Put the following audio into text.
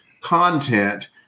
content